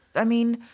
i mean,